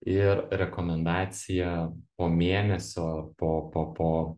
ir rekomendacija po mėnesio po po po